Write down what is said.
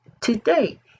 today